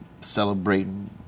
celebrating